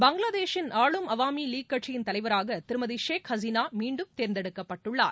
பங்களாதேஷின் ஆளும் அவாமி லீக் கட்சியின் தலைவராக திருமதி ஷேக் ஹசீனா மீண்டும் தேர்ந்தெடுக்கப்பட்டுள்ளார்